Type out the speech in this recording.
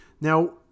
Now